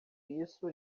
isso